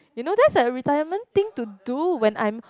you know that's like a retirement thing to do when I'm